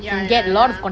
ya ya ya